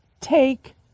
take